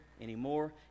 anymore